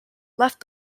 left